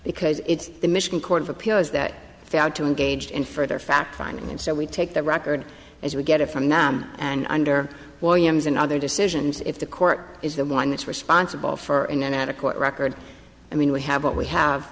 because it's the michigan court of appeals that failed to engage in further fact finding and so we take the record as we get it from now and under williams and other decisions if the court is the one that's responsible for in and out of court record i mean we have what we have